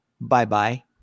Bye-bye